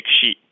sheet